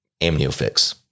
AmnioFix